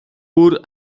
бүр